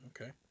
okay